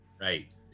Right